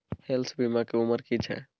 Health बीमा के उमर की छै?